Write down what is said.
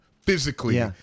physically